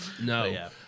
no